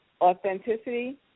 authenticity